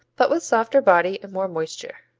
but with softer body and more moisture.